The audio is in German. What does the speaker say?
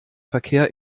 verkehr